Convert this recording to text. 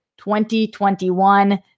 2021